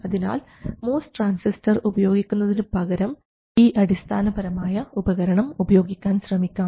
അതിനാൽ MOS transistor ഉപയോഗിക്കുന്നതിനു പകരം ഈ അടിസ്ഥാനപരമായ ഉപകരണം ഉപയോഗിക്കാൻ ശ്രമിക്കാം